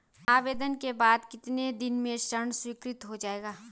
आवेदन के बाद कितने दिन में ऋण स्वीकृत हो जाएगा?